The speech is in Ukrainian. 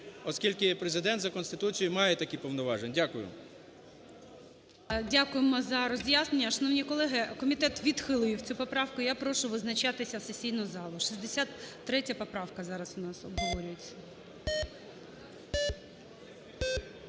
оскільки Президент за Конституцією має такі повноваження. Дякую. ГОЛОВУЮЧИЙ. Дякуємо за роз'яснення. Шановні колеги, комітет відхилив цю поправку, я прошу визначатися сесійну залу, 63 поправка зараз у нас обговорюється.